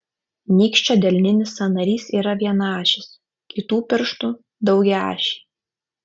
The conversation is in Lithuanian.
nykščio delninis sąnarys yra vienaašis kitų pirštų daugiaašiai